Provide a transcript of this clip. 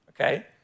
okay